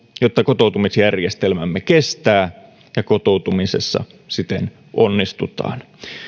jotta kotoutumisjärjestelmämme kestää ja kotoutumisessa siten onnistutaan